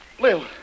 Lil